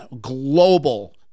global